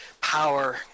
power